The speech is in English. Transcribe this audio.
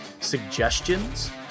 suggestions